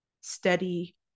steady